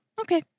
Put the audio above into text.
Okay